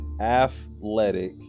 athletic